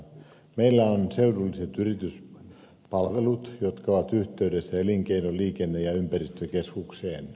meillä on seudulliset yrityspalvelut jotka ovat yhteydessä elinkeino liikenne ja ympäristökeskukseen